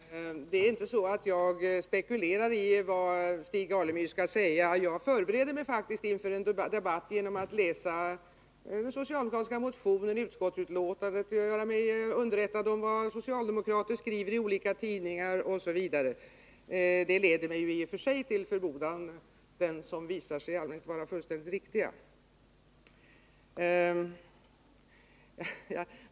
Fru talman! Det är inte så att jag spekulerar i vad Stig Alemyr skall säga. Jag förbereder mig faktiskt inför en debatt genom att läsa socialdemokratiska motioner och utskottsbetänkanden och göra mig underrättad om vad socialdemokrater skriver i olika tidningar osv. Det leder mig i och för sig till förmodanden som i allmänhet visar sig vara fullständigt riktiga.